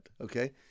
Okay